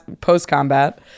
post-combat